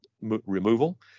removal